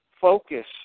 focus